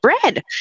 bread